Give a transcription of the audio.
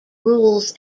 rules